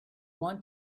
want